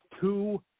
two